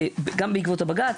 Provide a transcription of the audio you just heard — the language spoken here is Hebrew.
גם בעקבות הבג"ץ,